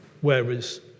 whereas